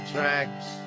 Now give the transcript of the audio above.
Tracks